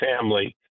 family